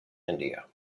india